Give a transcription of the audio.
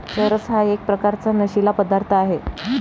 चरस हा एक प्रकारचा नशीला पदार्थ आहे